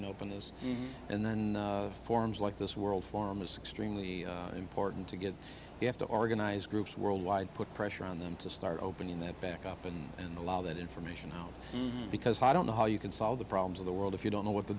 and openness and then forms like this world form is sixteen the important to get you have to organize groups worldwide put pressure on them to start opening them back up and and allow that information out because i don't know how you can solve the problems of the world if you don't know what the